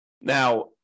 Now